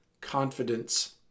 confidence